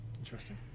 Interesting